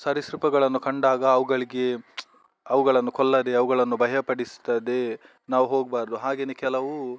ಸರೀಸೃಪಗಳನ್ನು ಕಂಡಾಗ ಅವುಗಳಿಗೆ ಅವುಗಳನ್ನು ಕೊಲ್ಲದೆ ಅವುಗಳನ್ನು ಭಯಪಡಿಸದೇ ನಾವು ಹೋಗಬಾರ್ದು ಹಾಗೆಯೇ ಕೆಲವು